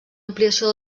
ampliació